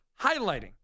highlighting